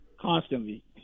Constantly